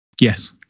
Yes